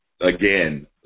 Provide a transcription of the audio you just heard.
again